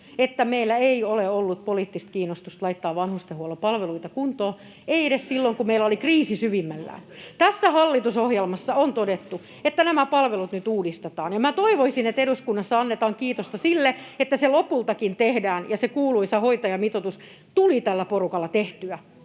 että meillä ei ole ollut poliittista kiinnostusta laittaa vanhustenhuollon palveluita kuntoon, ei edes silloin, kun meillä oli kriisi syvimmillään. Hallitusohjelmassa on todettu, että nämä palvelut nyt uudistetaan, ja toivoisin, että eduskunnassa annetaan kiitosta siitä, että se lopultakin tehdään ja se kuuluisa hoitajamitoitus tuli tällä porukalla tehtyä.